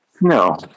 No